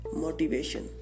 motivation